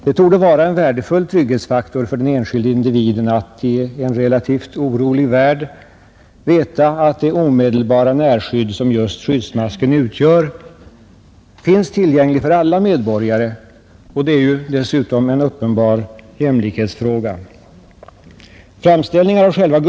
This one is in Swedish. Det torde vara en värdefull trygghetsfaktor för den enskilde individen att — i en relativt orolig värld — veta att det omedelbara närskydd som skyddsmasken utgör finns tillgängligt för alla medborgare. Det är en uppenbar jämlikhetsfråga!